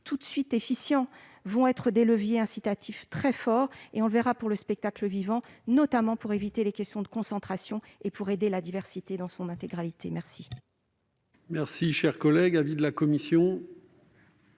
tout de suite efficients, constitueront néanmoins des leviers incitatifs très forts pour le spectacle vivant, notamment pour éviter les questions de concentration et pour aider la diversité dans son intégralité. Quel